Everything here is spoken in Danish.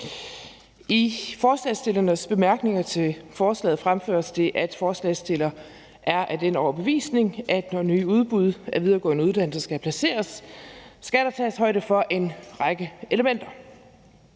I forslagsstillernes bemærkninger til forslaget fremføres det, at forslagsstillerne er af den overbevisning, at når nye udbud af videregående uddannelse skal placeres, skal der tages højde for en række elementer.